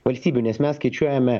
valstybių nes mes skaičiuojame